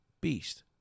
beast